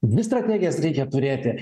dvi strategijas reikia turėti